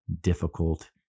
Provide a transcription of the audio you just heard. difficult